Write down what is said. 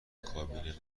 کابین